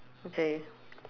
okay